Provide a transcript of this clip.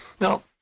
now